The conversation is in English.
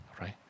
Right